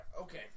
okay